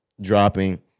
dropping